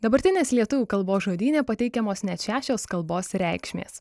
dabartinės lietuvių kalbos žodyne pateikiamos net šešios kalbos reikšmės